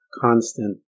constant